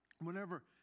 whenever